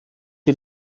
die